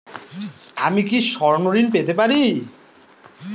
আমি কি স্বর্ণ ঋণ পেতে পারি?